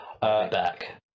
Back